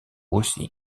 aussi